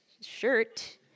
shirt